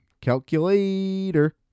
Calculator